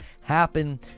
happen